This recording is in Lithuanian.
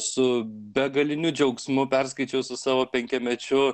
su begaliniu džiaugsmu perskaičiau su savo penkiamečiu